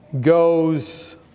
goes